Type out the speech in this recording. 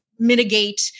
mitigate